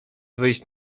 wyjść